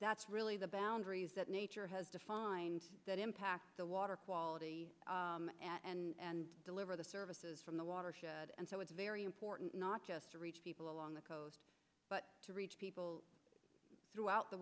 that's really the boundaries that nature has defined that impact the water quality and deliver the services from the watershed and so it's very important not just to reach people along the coast but to reach people throughout the